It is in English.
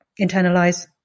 internalize